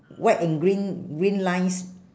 white and green green lines